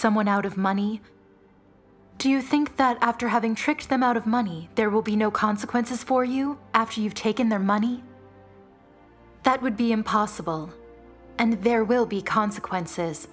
someone out of money do you think that after having tricked them out of money there will be no consequences for you after you've taken their money that would be impossible and there will be consequences